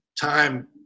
time